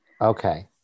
Okay